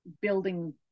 building